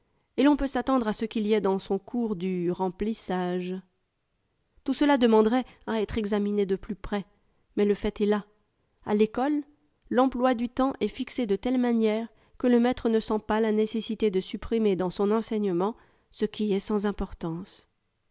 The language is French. et l'on peut s'attendre à ce qu'il y ait dans son cours du remplissage tout cela demanderait à être examiné de plus près mais le fait est là à l'école l'emploi du temps est fixé de telle manière que le maître ne sent pas la nécessité de supprimer dans son enseignement ce qui est sans importance